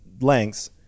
lengths